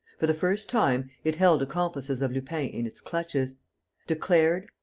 for the first time, it held accomplices of lupin in its clutches declared,